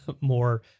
more